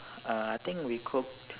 uh I think we cooked